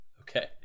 Okay